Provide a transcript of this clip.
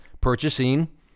purchasing